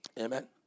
Amen